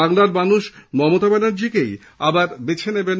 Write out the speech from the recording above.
বাংলার মানুষ মমতা ব্যানার্জীকেই আবার বেছে নেবেন